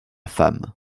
femme